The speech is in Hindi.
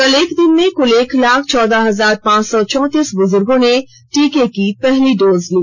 कल एक दिन में कुल एक लाख चौदह हजार पांच सौ चौंतीस बुजुगों ने टीके की पहली डोज ली